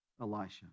Elisha